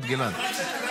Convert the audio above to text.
תודה, טלי.